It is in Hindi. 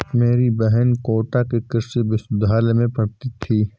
मेरी बहन कोटा के कृषि विश्वविद्यालय में पढ़ती थी